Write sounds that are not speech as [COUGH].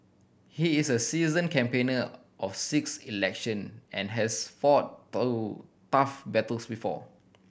he is a seasoned campaigner of six election and has fought [UNINTELLIGIBLE] tough battles before